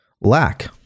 lack